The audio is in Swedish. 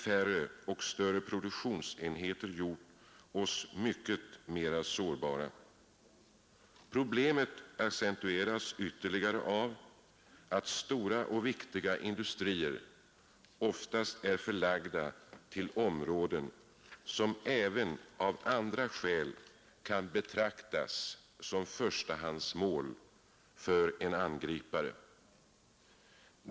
färre och större produktionsenheter gjort oss mycket mera sårbara. Problemet accentueras ytterligare av att stora och viktiga industrier oftast är förlagda till områden, som även av andra skäl kan betraktas som förstahandsmål för en angripare.